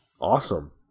awesome